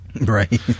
Right